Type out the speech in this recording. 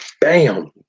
bam